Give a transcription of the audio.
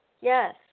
Yes